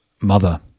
mother